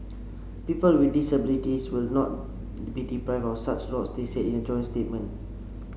people with disabilities will not be deprived of such lots they said in a joint statement